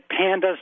pandas